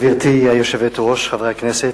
גברתי היושבת-ראש, חברי הכנסת,